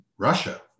Russia